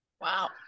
Wow